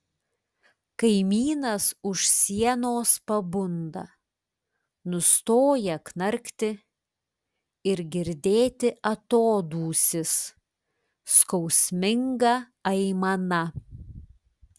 kaimynas už sienos pabunda nustoja knarkti ir girdėti atodūsis skausminga aimana